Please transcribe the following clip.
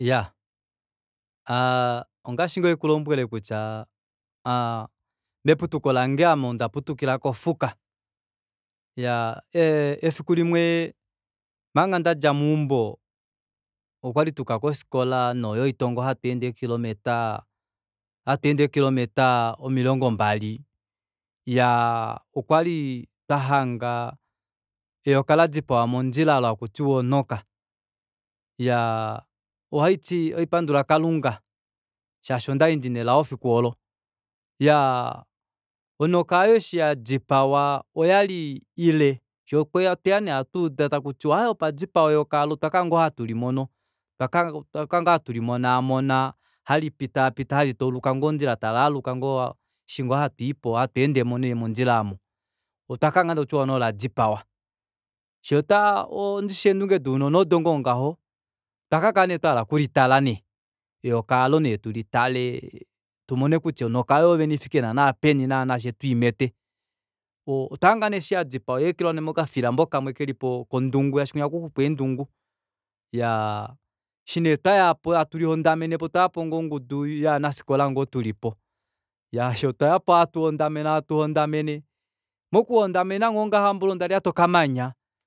Iyaa aaa ongashi ngoo haikulombwele kutya meputuko lange ame ondaputukila kofuka iyaa ee efikulimwe omanga dadja meumbo okwali twayuka kofikola oyo nee haitongo hatweende eekilometer omilongo mbali iyaa okwali twahanga eyoka ladipawa mondjila olo hakutiwa onoka iyaa ohaiti ohaipandula kalunga shaashi ondali ndina elao fiku oolo iyaa onoka aayo eshi yadipawa oyali ile fyee otweya nee twauda takutiwa aaye opadiwapa eyoka aapo otwakala ngoo hatu limonaamona lipitaapita halitauluka ngoo ondjila talaaluka ngoo eshi ngoo twiipo hatweendemo nee mondjila aamo otwaka hanga nee takutiwa oladipawa fyee eendunge dounona odo ngoo ngaho otwa kakala nee twahala okulitala nee eyoka aalo nee tulitale tumone kutya onoka oyo yoo vene oifike naana peni fyee utuimete otwahanga nee eshi yadipawa yaekelwa mokafilambo kamwe kondungu shaashi kutya ohaku xupwa eendungu iyaa eshinee twayapo hatu hondamenepo otwayapo ngoo ongudu yovanafikola ngoo tulipo fyee otwayapo hatu hondamene hatu hondamene mokuhondamena ngoo ngaha mboli ondalyata okamanya